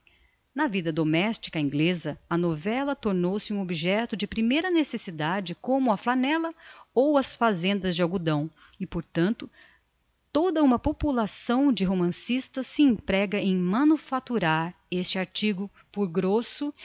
na vida domestica ingleza a novela tornou-se um objecto de primeira necessidade como a flanella ou as fazendas de algodão e portanto toda uma população de romancistas se emprega em manufacturar este artigo por grosso